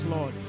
Lord